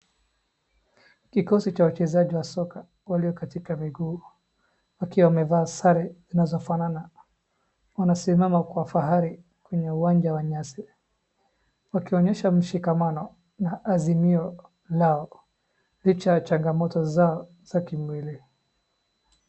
Kikosi cha wachezaji wa soka walio katika miguu wakiwa wamevaa sare zinazofanana wana simama kwa fahari kwenye uwanja wa nyasi wakionyesha mshikamano na azimio lao licha za changamoto zao za kimwili.